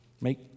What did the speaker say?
Make